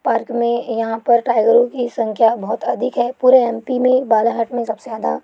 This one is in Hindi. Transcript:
पार्क में यहाँ पर टाइगरों की संख्या बहुत अधिक है पूरे एम पी में बालाघाट में सबसे ज़्यादा